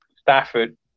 Stafford